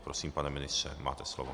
Prosím, pane ministře, máte slovo.